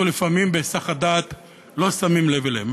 לפעמים בהיסח הדעת לא שמים לב אליהם.